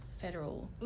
federal